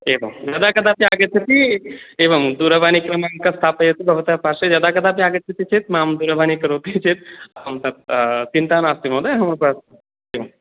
एवं यदा कदापि आगच्छति एवं दूरवाणीक्रमाङ्कं स्थापयतु भवता पार्श्वे यदा कदापि आगच्छति चेत् मां दूरवाणीं करोति चेत् अहं तत् चिन्ता नास्ति महोदय मम प्रार् एवं